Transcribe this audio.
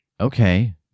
Okay